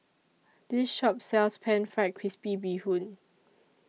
This Shop sells Pan Fried Crispy Bee Hoon